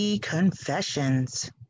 confessions